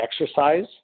exercise